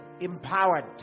empowered